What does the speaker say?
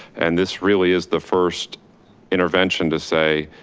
and this really is the first intervention to say,